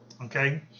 Okay